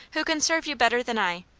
who can serve you better than i.